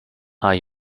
are